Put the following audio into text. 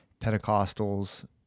Pentecostals